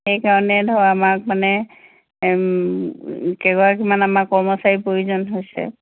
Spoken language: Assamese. সেইকাৰণে ধৰ আমাক মানে কেগৰাকীমান আমাক কৰ্মচাৰী প্ৰয়োজন হৈছে